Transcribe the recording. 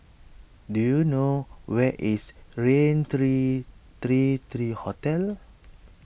do you know where is Raintr thirty thirty thirty Hotel